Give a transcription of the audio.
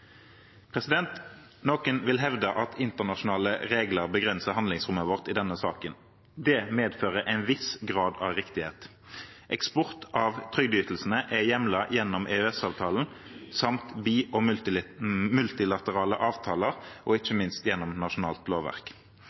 Noen vil hevde at internasjonale regler begrenser handlingsrommet vårt i denne saken. Det medfører en viss grad av riktighet. Eksport av trygdeytelsene er hjemlet gjennom EØS-avtalen samt bi- og multilaterale avtaler og ikke minst gjennom nasjonalt lovverk.